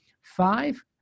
five